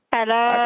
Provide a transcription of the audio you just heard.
Hello